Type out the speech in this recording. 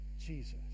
Jesus